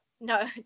no